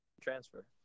Transfer